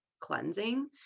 cleansing